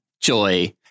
Joy